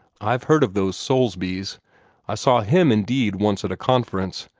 i've heard of those soulsbys i saw him indeed once at conference,